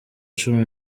cumi